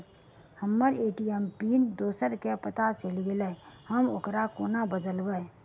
हम्मर ATM PIN दोसर केँ पत्ता चलि गेलै, हम ओकरा कोना बदलबै?